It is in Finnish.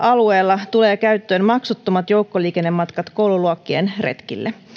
alueella tulevat käyttöön maksuttomat joukkoliikennematkat koululuokkien retkille